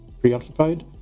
preoccupied